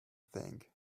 think